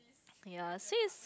ya see it's